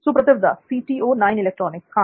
सुप्रतिव दास हां